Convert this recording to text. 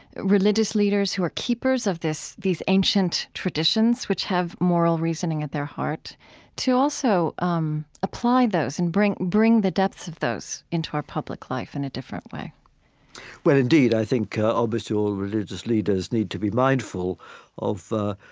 religious leaders who are keepers of this these ancient traditions, which have moral reasoning at their heart to also um apply those and bring bring the depths of those into our public life in a different way well, indeed i think obviously all religious leaders need to be mindful of, ah,